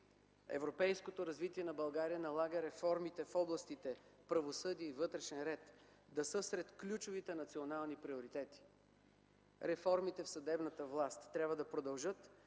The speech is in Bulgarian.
Европейското развитие на България налага реформите в областите правосъдие и вътрешен ред да са сред ключовите национални приоритети. Реформите в съдебната власт трябва да продължат,